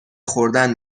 خوردن